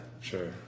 Sure